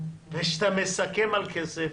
זה שאתה מסכם על כסף,